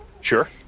sure